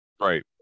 Right